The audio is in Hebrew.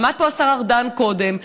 עמד פה השר ארדן קודם,